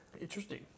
Interesting